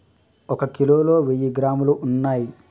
ఒక కిలోలో వెయ్యి గ్రాములు ఉన్నయ్